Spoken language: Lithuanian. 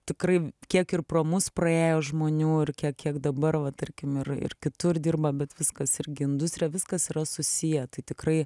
tikrai kiek ir pro mus praėjo žmonių ir kiek kiek dabar va tarkim ir ir kitur dirba bet viskas irgi industrija viskas yra susiję tai tikrai